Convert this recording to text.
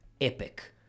epic